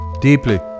Deeply